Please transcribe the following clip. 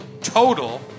total